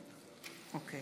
נוכח